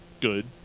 good